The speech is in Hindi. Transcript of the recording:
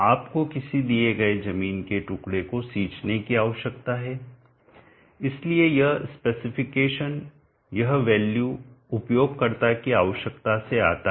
आपको किसी दिए गए जमीन के टुकड़े को सींचने की आवश्यकता है इसलिए यह स्पेसिफिकेशन यह वैल्यू उपयोगकर्ता की आवश्यकता से आता है